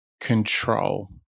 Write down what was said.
control